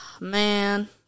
Man